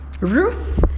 Ruth